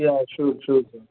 yeah sure sure sir